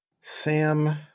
Sam